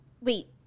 Wait